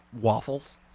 waffles